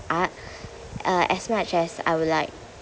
art uh as much as I would like